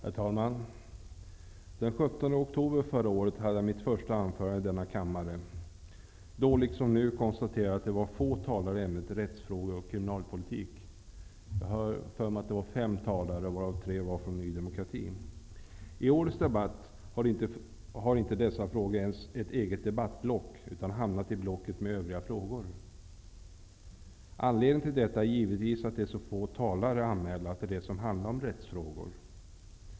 Herr talman! Den 17 oktober förra året höll jag mitt första anförande i denna kammare. Då liksom nu konstaterade jag att det var få talare anmälda i ämnet rättsfrågor och kriminalpolitik. Jag vill minnas att det var fem talare, varav tre var från Ny demokrati. I årets debatt har dessa frågor inte ens fått ett eget debattblock, utan hamnat i blocket med övriga frågor. Anledningen är givetvis att det är så få talare anmälda till ämnet rättsfrågor.